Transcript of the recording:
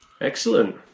Excellent